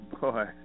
boy